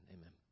Amen